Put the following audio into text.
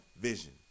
vision